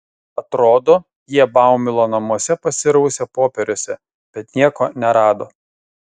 atrodo jie baumilo namuose pasirausė popieriuose bet nieko nerado